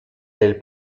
del